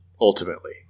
ultimately